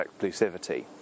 exclusivity